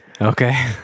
Okay